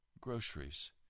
groceries